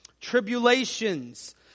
tribulations